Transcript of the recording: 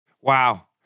Wow